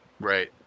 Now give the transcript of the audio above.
Right